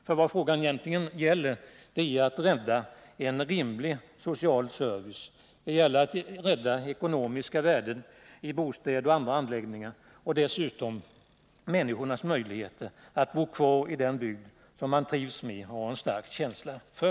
För vad frågan egentligen gäller är att rädda en rimlig social service, ekonomiska värden i bostäder och andra anläggningar och människors möjligheter att bo kvar i den bygd som de trivs med och har en stark känsla för.